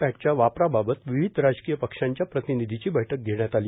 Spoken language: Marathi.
पॅटच्या वापराबाबत विविध राजकीय पक्षांच्या प्रतिनिधीची बैठक घेण्यात आली